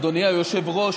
אדוני היושב-ראש.